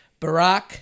Barack